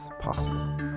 possible